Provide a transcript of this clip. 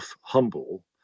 humble